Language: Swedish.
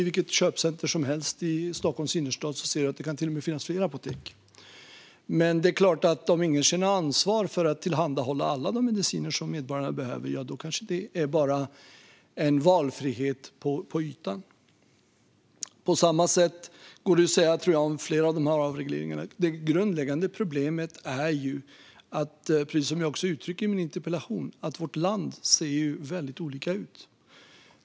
I vilket köpcentrum som helst i Stockholms innerstad finns det numera flera olika apotek. Men om ingen känner ansvar för att tillhandahålla alla de mediciner som medborgarna behöver är det bara en valfrihet på ytan. På samma sätt kan man säga om flera av avregleringarna. Det grundläggande problemet är ju, precis som jag också uttrycker i interpellationssvaret, att vårt land ser väldigt olika ut.